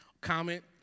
comment